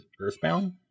Earthbound